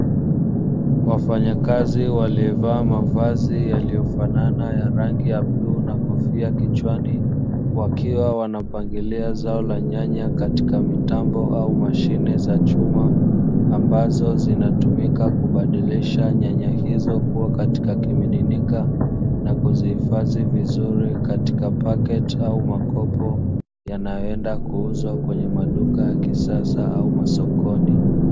Wafanyakazi waliovaa mavazi yaliyofanana ya rangi ya bluu na kofia kichwani, wakiwa wanapangilia zao la nyanya katika mitambo au mashine za chuma, ambazo zinatumika kubadilisha nyanya hizo kuwa katika kimiminika; na kuzihifadhi vizuri katika paketi au makopo yanayoenda kuuzwa kwenye maduka ya kisasa au masokoni.